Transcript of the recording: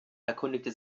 erkundigte